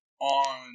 on